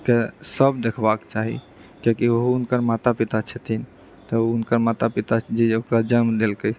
कऽ सभ देखबाक चाही किएकि ओ हुनकर माता पिता छथिन तऽ हुनकर माता पिता जे ओकरा जन्म देलकै